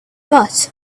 but